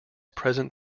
present